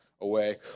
away